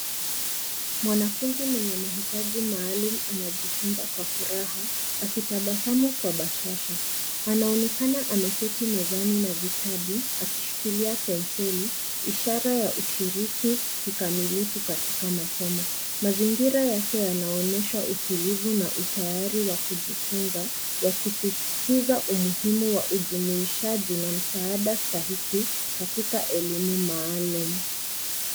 Mwanafunzi mwenye mahitaji maalum anajifunza kwa furaha, akitabasamu kwa bashasha. Anaonekana ameketi mezani na vitabu akishikilia penseli ishara ya ushiriki kikamilifu katika masomo. Mazingira yake yanaonyesha utulivu na utayari wa kujifunza yakisisitiza umuhimu wa ujumuishaji na msaada stahiki katika elimu maalum.